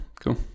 Cool